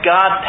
God